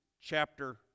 chapter